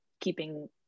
keeping